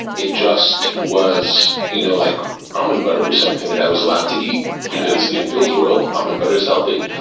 it just was you know, like almond butter was something that i was allowed to eat, because in phil's world, almond butter is healthy.